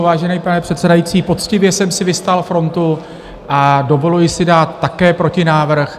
Vážený pane předsedající, poctivě jsem si vystál frontu a dovoluji si dát také protinávrh.